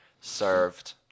served